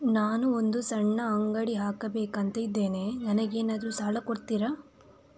ನಾನು ಒಂದು ಸಣ್ಣ ಅಂಗಡಿ ಹಾಕಬೇಕುಂತ ಇದ್ದೇನೆ ನಂಗೇನಾದ್ರು ಸಾಲ ಕೊಡ್ತೀರಾ?